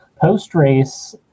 post-race